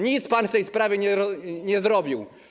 Nic pan w tej sprawie nie zrobił.